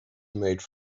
made